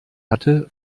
hatte